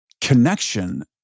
connection